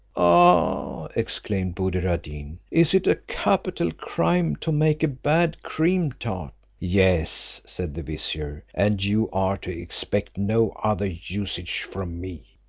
ah! exclaimed buddir ad deen, is it a capital crime to make a bad cream-tart? yes, said the vizier and you are to expect no other usage from me.